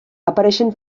apareixen